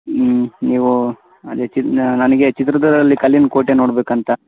ಹೂಂ ನೀವು ಅದೇ ಚಿತ್ ನನಗೆ ಚಿತ್ರದುರ್ಗದಲ್ಲಿ ಕಲ್ಲಿನಕೋಟೆ ನೋಡಬೇಕಂತ